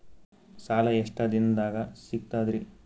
ಸಾಲಾ ಎಷ್ಟ ದಿಂನದಾಗ ಸಿಗ್ತದ್ರಿ?